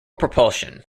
propulsion